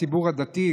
הציבור הדתי,